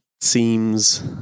seems